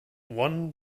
one